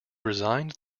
resigned